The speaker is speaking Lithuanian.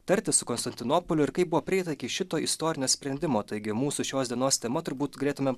tartis su konstantinopoliu ir kaip buvo prieita iki šito istorinio sprendimo taigi mūsų šios dienos tema turbūt galėtume